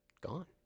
gone